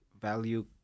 value